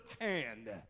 hand